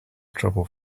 trouble